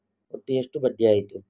ಒಟ್ಟು ಎಷ್ಟು ಬಡ್ಡಿ ಆಯಿತು?